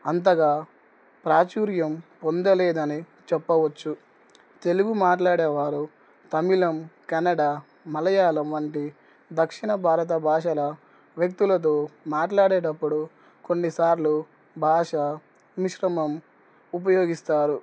అంతగా ప్రాచుర్యం పొందలేదని చెప్పవచ్చు తెలుగు మాట్లాడేవారు తమిళం కన్నడ మలయాళం వంటి దక్షిణ భారత భాషల వ్యక్తులతో మాట్లాడేటప్పుడు కొన్నిసార్లు భాషా మిశ్రమం ఉపయోగిస్తారు